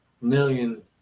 million